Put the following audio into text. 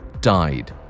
died